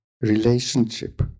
Relationship